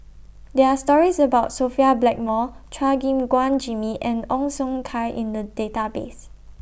There Are stories about Sophia Blackmore Chua Gim Guan Jimmy and Ong Siong Kai in The Database